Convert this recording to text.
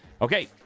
Okay